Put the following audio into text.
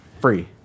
Free